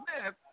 Smith